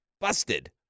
busted